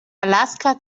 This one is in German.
alaska